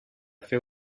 fer